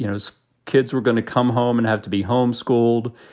you know, as kids, we're going to come home and have to be home schooled.